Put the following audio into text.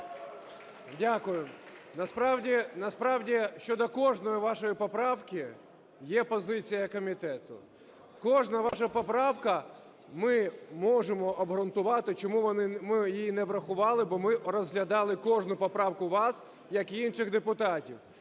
дякую, насправді щодо кожної вашої поправки є позиція комітету. Кожну вашу поправка ми можемо обґрунтувати, чому ми її не врахували, бо ми розглядали кожну поправку вашу, як і інших депутатів.